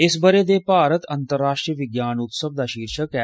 इस ब'रे दे भारत अंतर्राश्ट्रीय विज्ञान उत्सव दा शीर्शक ऐ